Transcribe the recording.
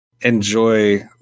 enjoy